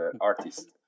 artist